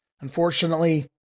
unfortunately